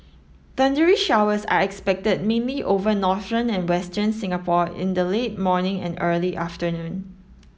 thundery showers are expected mainly over northern and western Singapore in the late morning and early afternoon